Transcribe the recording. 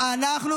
--- חברים, שבו.